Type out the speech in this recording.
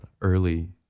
early